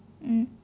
mm